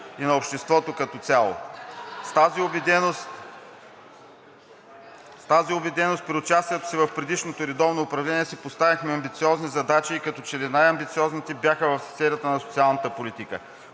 и на обществото като цяло. С тази убеденост при участието си в предишното редовно управление си поставихме амбициозни задачи и като че ли най-амбициозните бяха в сферата на социалната политика.